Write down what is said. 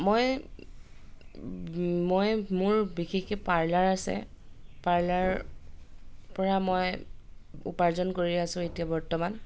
মই মই মোৰ বিশেষকৈ পাৰ্লাৰ আছে পাৰ্লাৰৰ পৰা মই উপাৰ্জন কৰি আছোঁ এতিয়া বৰ্তমান